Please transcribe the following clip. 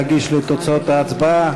להגיש לי את תוצאות ההצבעה.